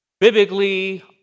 Biblically